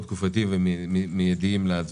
תקופתיים ומידיים) (תיקון) התשפ"ב-2021?